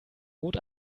rot